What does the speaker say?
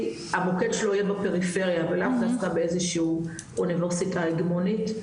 המוקד שלו יהיה בפריפריה ולאו דווקא באיזשהו אוניברסיטה הגמונית.